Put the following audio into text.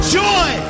joy